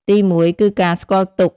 ទីមួយ គឺការស្គាល់ទុក្ខ។